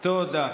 תודה.